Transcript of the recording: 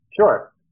Sure